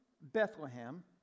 Bethlehem